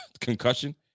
concussion